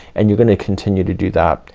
and you're gonna continue to do that.